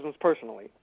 personally